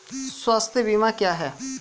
स्वास्थ्य बीमा क्या है?